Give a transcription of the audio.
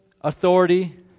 authority